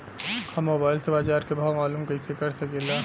हम मोबाइल से बाजार के भाव मालूम कइसे कर सकीला?